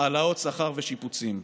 העלאת שכר ושיפוצים.